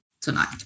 tonight